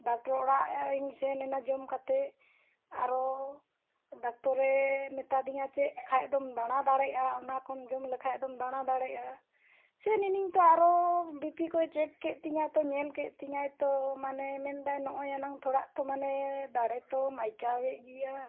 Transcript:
doctor ᱚᱲᱟᱜ ᱤᱧ ᱥᱮ ᱱᱮᱱᱟ ᱡᱚᱢ ᱠᱟᱛᱮᱫ ᱟᱨᱚ ᱰᱟᱠᱛᱚᱨᱮ ᱢᱮᱛᱟᱫᱤᱧᱟᱹ ᱪᱮᱫ ᱠᱷᱟᱡ ᱫᱚᱢ ᱫᱟᱬᱟ ᱫᱟᱲᱮᱭᱟᱜᱼᱟ ᱚᱱᱟ ᱠᱚᱢ ᱡᱚᱢ ᱞᱮᱠᱷᱟᱡ ᱫᱚᱢ ᱫᱟᱬᱟ ᱫᱟᱲᱮᱭᱟᱜᱼᱟ ᱥᱮ ᱱᱤᱱᱟᱹᱧ ᱛᱚ ᱟᱨᱚ ᱵᱤᱯᱤ ᱠᱚᱭ ᱪᱮᱠ ᱠᱮᱫ ᱛᱤᱧᱟᱹ ᱛᱚ ᱧᱮᱞ ᱠᱮᱫ ᱛᱤᱧᱟᱹᱭ ᱛᱚ ᱢᱟᱱᱮ ᱢᱮᱱᱫᱟᱭ ᱱᱚᱜ ᱚᱭ ᱮᱱᱟᱝ ᱛᱷᱚᱲᱟ ᱛᱚ ᱢᱟᱱᱮ ᱫᱟᱲᱮ ᱛᱚᱢ ᱟᱹᱭᱠᱟᱹᱣᱮᱫ ᱜᱮᱭᱟ